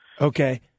Okay